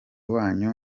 wanyu